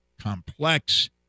complex